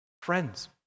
Friends